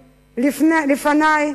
לפני,